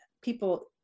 people